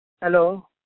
Hello